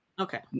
okay